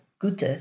Gute